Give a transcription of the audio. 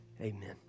amen